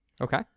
Okay